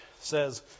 says